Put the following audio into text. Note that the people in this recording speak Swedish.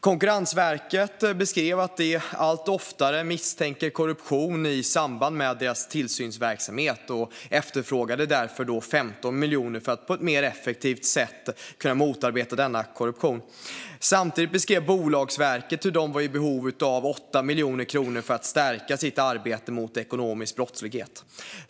Konkurrensverket beskrev att de allt oftare misstänker korruption i samband med sin tillsynsverksamhet och efterfrågade därför 15 miljoner för att på ett mer effektivt sätt kunna motarbeta denna korruption. Samtidigt beskrev Bolagsverket hur de var i behov av 8 miljoner kronor för att stärka sitt arbete mot ekonomisk brottslighet.